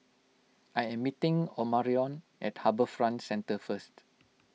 I am meeting Omarion at HarbourFront Centre first